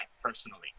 personally